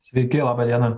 sveiki laba diena